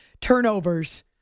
turnovers